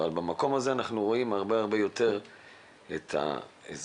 אבל במקום הזה אנחנו רואים הרבה יותר את האזרח,